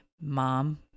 Mom